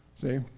See